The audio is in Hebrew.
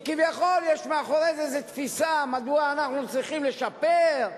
שכביכול יש מאחורי זה איזה תפיסה: מדוע אנחנו צריכים לשפר,